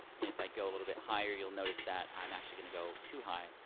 if i go a little bit higher you'll notice that i'm actually gonna go too high,